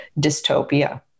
dystopia